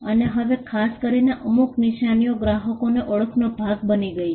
અને હવે ખાસ કરીને અમુક નિશાનીઓ ગ્રાહકોનો ઓળખનો ભાગ બની ગઈ છે